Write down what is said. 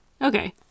Okay